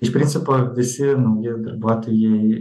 iš principo visi nauji darbuotojai